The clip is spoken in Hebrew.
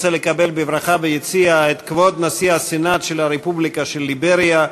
רוצה לקבל בברכה ביציע את כבוד נשיא הסנאט של הרפובליקה של ליבריה,